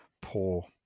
poor